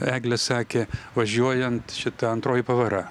eglė sakė važiuojant šita antroji pavara